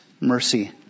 mercy